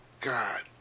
God